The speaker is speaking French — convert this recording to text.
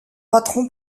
patron